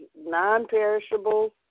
non-perishables